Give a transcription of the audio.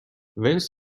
vents